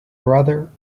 brother